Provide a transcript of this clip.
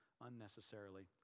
unnecessarily